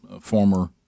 former